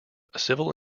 civil